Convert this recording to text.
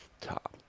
top